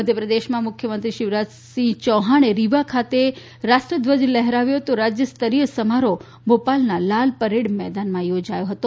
મધ્યપ્રદેશમાં મુખ્યમંત્રી શિવરાજ સિંહ ચૌહાણે રીવા ખાતે રાષ્ટ્રધ્વજ લહેરાવ્યો તો રાજ્યસ્તરીય સમારોહ ભોપાલના લાલ પરેડ મેદાનમાં યોજાયો હતો